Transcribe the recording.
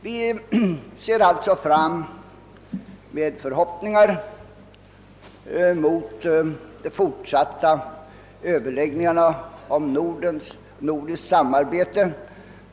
Vi ser alltså med förhoppningar fram mot de fortsatta överläggningarna om nordiskt samarbete.